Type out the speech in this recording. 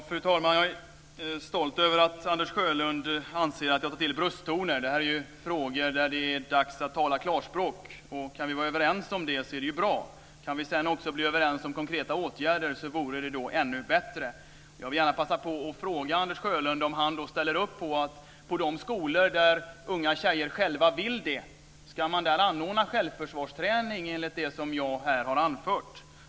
Fru talman! Jag är stolt över att Anders Sjölund anser att jag tar till brösttoner. I de här frågorna är det dags att tala klarspråk. Kan vi vara överens om det så är det bra. Kan vi sedan också bli överens om konkreta åtgärder vore det ännu bättre. Jag vill passa på att fråga Anders Sjölund om han ställer upp på att man ska anordna självförsvarsträning på de skolor där tjejerna själva vill det.